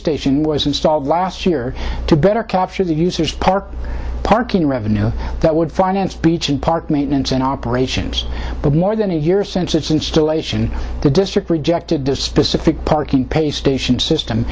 station was installed last year to better capture the users park parking revenue that would finance beach and park maintenance and operations but more than a year since its installation the district rejected this specific parking pay station system